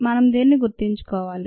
మనం దీనిని గుర్తుంచుకోవాలి